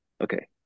okay